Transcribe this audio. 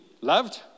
loved